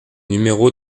numéro